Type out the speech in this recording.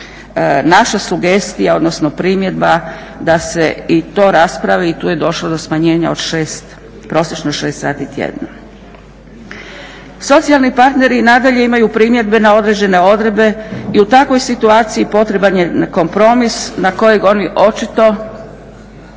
naša sugestija, odnosno primjedba da se i to raspravi. Tu je došlo do smanjenja od šest, prosječno 6 sati tjedno. Socijalni partneri nadalje imaju primjedbe na određene odredbe i u takvoj situaciji potreban je kompromis na kojeg oni očito